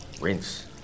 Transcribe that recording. rinse